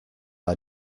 are